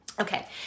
Okay